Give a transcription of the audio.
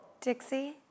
Dixie